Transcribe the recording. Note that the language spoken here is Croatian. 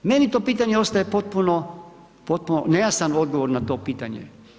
Meni to pitanje ostaje potpuno, potpuno, nejasan odgovor na to pitanje.